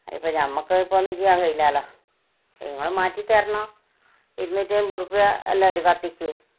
അതിപ്പം ഞമ്മക്ക് ഇപ്പം ഒന്നും ചെയ്യാൻ കഴിയില്ലല്ലോ ഇങ്ങൾ മാറ്റി തരണം ഇരുന്നൂറ്റിയൻപത് റുപ്പിയല്ലേ ഒരു കത്തിക്ക്